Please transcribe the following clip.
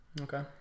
Okay